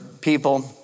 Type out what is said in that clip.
people